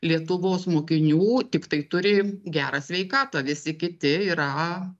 lietuvos mokinių tiktai turi gerą sveikatą visi kiti yra